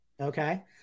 Okay